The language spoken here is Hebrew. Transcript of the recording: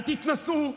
אל תתנשאו,